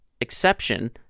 exception